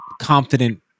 confident